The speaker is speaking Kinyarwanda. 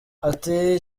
ati